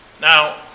Now